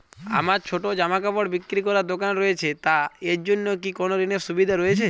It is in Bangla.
আমার ছোটো জামাকাপড় বিক্রি করার দোকান রয়েছে তা এর জন্য কি কোনো ঋণের সুবিধে রয়েছে?